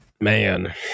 man